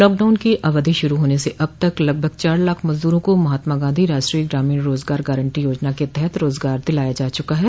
lockdown की अवधि शुरू होने से अब तक लगभग चार लाख मजदूरों को महात्मा गॉधी राष्ट्रीय ग्रामीण रोजगार गारण्टी योजना के तहत रोजगार दिलाया जा चुका है